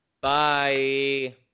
Bye